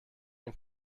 ein